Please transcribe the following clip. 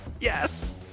yes